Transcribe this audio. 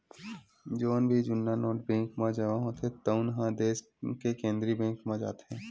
जउन भी जुन्ना नोट बेंक म जमा होथे तउन ह देस के केंद्रीय बेंक म जाथे